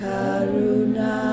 Karuna